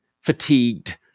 fatigued